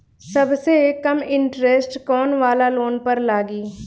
सबसे कम इन्टरेस्ट कोउन वाला लोन पर लागी?